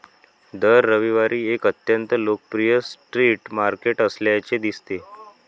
दर रविवारी एक अत्यंत लोकप्रिय स्ट्रीट मार्केट असल्याचे दिसते